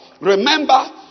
Remember